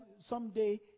someday